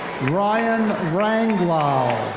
ryan ranglall. ah